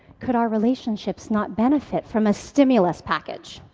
could our relationships not benefit from a stimulus package?